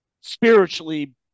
spiritually